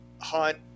hunt